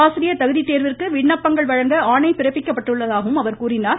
ஆசிரியர் தகுதித் தேர்விற்கு விண்ணப்பங்கள் வழங்க பிறப்பிக்கப்பட்டுள்ளதாகவும் அவர் கூறினார்